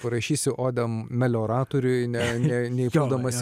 parašysi odę melioratoriui ne ne nevyniodamas